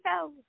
go